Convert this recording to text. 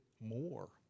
more